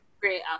great